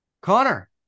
Connor